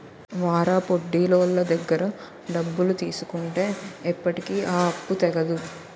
వారాపొడ్డీలోళ్ళ దగ్గర డబ్బులు తీసుకుంటే ఎప్పటికీ ఆ అప్పు తెగదు